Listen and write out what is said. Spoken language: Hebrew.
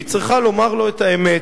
והיא צריכה לומר לו את האמת.